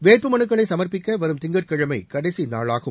வேட்புமனுக்களை சமர்ப்பிக்க வரும் திங்கட்கிழமை கடைசி நாளாகும்